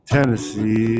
Tennessee